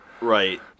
Right